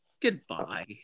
Goodbye